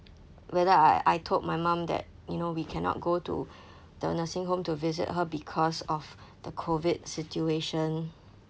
whether I I told my mum that you know we cannot go to the nursing home to visit her because of the COVID situation